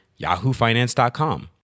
yahoofinance.com